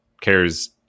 cares